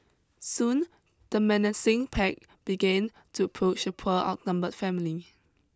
soon the menacing pack began to approach the poor outnumbered family